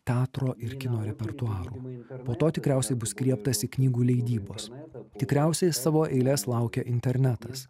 teatro ir kino repertuarų po to tikriausiai bus griebtasi knygų leidybos tikriausiai savo eilės laukia internetas